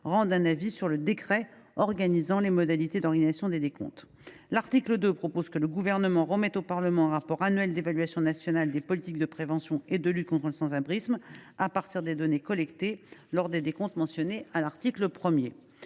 rende un avis sur le décret organisant les modalités d’organisation des décomptes. L’article 2 oblige le Gouvernement à remettre au Parlement un rapport annuel d’évaluation nationale des politiques de prévention et de lutte contre le sans abrisme, à partir des données collectées lors des décomptes mentionnés à l’article 1.